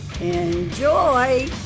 Enjoy